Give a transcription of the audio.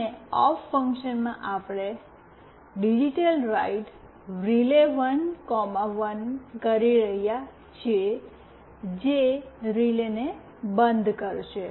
અને ઑફ ફંક્શનમાં આપણે ડિજિટલરાઈટ રિલે1 1 કરી રહ્યા છીએ જે રિલેને બંધ કરશે